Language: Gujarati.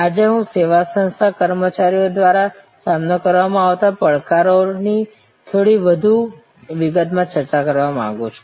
આજે હું સેવા સંસ્થાના કર્મચારીઓ દ્વારા સામનો કરવામાં આવતા પડકારોની થોડી વધુ વિગતમાં ચર્ચા કરવા માંગુ છું